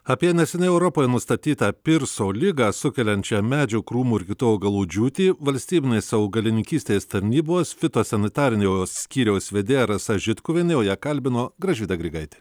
apie neseniai europoj nustatytą pirso ligą sukeliančią medžių krūmų ir kitų augalų džiūtį valstybinės augalininkystės tarnybos fitosanitarijos skyriaus vedėja rasa žitkuvienė o ją kalbino gražvyda grigaitė